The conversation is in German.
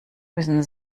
müssen